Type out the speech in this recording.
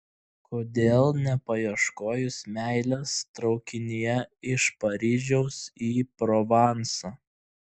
kodėl nepaieškojus meilės traukinyje iš paryžiaus į provansą